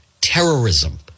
terrorism